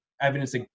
evidence